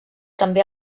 també